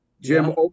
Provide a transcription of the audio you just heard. Jim